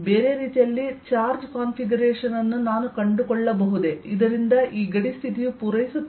ಬೇರೆ ರೀತಿಯಲ್ಲಿ charge configuration ಅನ್ನು ನಾನು ಕಂಡುಕೊಳ್ಳಬಹುದೇ ಇದರಿಂದ ಈ ಗಡಿ ಸ್ಥಿತಿಯು ಪೂರೈಸುತ್ತದೆ